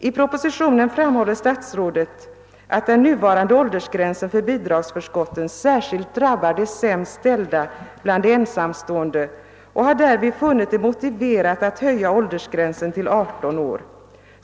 I propostitionen framhåller statsrådet att den nuvarande åldersgränsen för bidragsförskotten särskilt drabbar de sämst ställda bland de ensamstående, och har därför funnit det motiverat att höja åldersgränsen till 18 år.